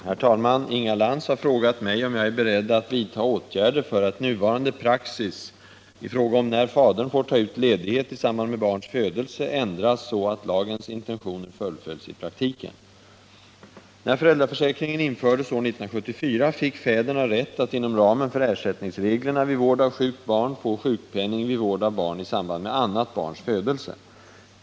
Herr talman! Inga Lantz har frågat mig om jag är beredd att vidta åtgärder för att nuvarande praxis i fråga om när fadern får ta ut ledighet i samband med barns födelse ändras så att lagens intentioner fullföljs i praktiken. i samband med annat barns födelse.